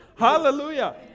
Hallelujah